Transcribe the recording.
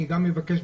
אני אבקש,